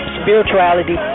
spirituality